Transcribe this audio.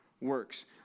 works